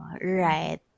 right